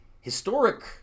historic